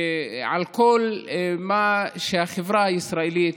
על כל מה שבחברה הישראלית,